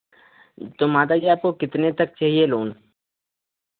तो माता जी आपको कितने तक चाहिए लोन